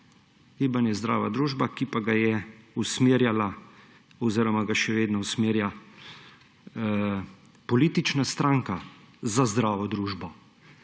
Gibanje Zdrava družba, ki pa ga je usmerjala oziroma ga še vedno usmerja politična stranka Za zdravo družbo.